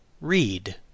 read